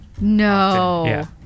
No